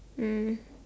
mm